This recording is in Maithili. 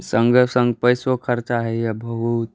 सङ्गे सङ्ग पइसो खर्चा होइए बहुत